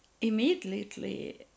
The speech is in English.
immediately